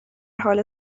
حال